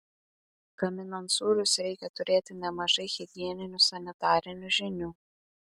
gaminant sūrius reikia turėti nemažai higieninių sanitarinių žinių